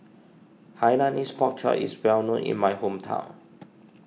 Hainanese Pork Chop is well known in my hometown